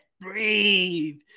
breathe